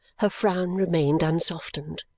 her frown remained unsoftened.